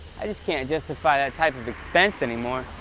i just can't justify that type of expense anymore.